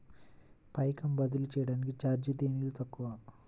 పైకం బదిలీ చెయ్యటానికి చార్జీ దేనిలో తక్కువ?